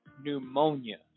pneumonia